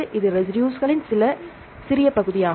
இது ரெசிடுஸ்களின் ஒரு சிறிய பகுதியாகும்